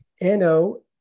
NO